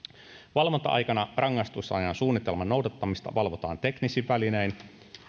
valvonta aikana rangaistusajan suunnitelman noudattamista valvotaan teknisin välinein